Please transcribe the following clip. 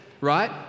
right